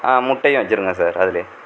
ஆ முட்டையும் வச்சியிருங்க அதுல